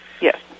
Yes